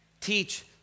Teach